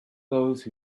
those